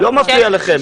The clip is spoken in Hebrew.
16,000. לא מפריע לכם.